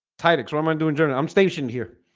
tight ik so i'm i'm doing journey. i'm stationed here